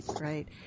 right